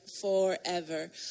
forever